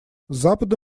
запада